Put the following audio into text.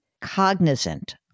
cognizant